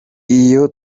iyo